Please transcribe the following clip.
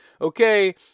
Okay